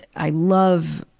i love,